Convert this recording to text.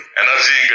energy